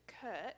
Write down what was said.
Kurt